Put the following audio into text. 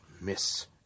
miss